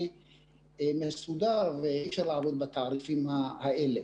מסודר ואי אפשר לעבוד בתעריפים האלה.